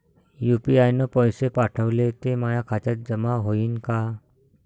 UPI न पैसे पाठवले, ते माया खात्यात जमा होईन का?